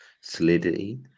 solidity